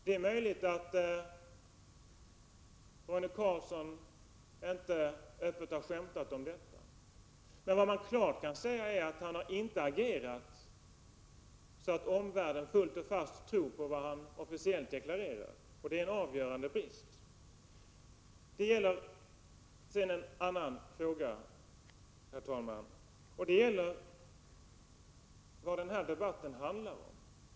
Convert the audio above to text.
Det är möjligt att Roine Carlsson inte öppet har skämtat om detta. Men vad man klart kan säga är att han inte har agerat så, att omvärlden fullt och fast tror på vad han officiellt deklarerar. Det är en avgörande brist. Sedan till en annan fråga, herr talman, nämligen frågan om vad den här debatten handlar om.